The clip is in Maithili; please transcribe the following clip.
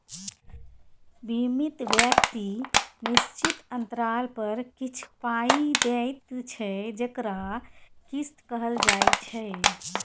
बीमित व्यक्ति निश्चित अंतराल पर किछ पाइ दैत छै जकरा किस्त कहल जाइ छै